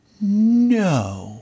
No